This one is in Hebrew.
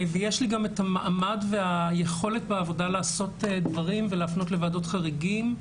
יש לי גם את המעמד והיכולת בעבודה לעשות דברים ולהפנות לוועדות חריגים,